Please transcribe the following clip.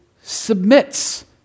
submits